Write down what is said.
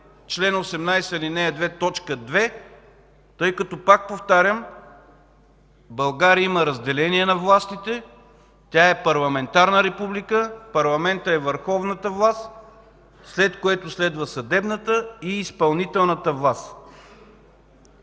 чл. 18, ал. 2, т. 2, тъй като, пак повтарям, в България има разделение на властите. Тя е парламентарна република, парламентът е върховната власт, след което следват съдебната и изпълнителната власт.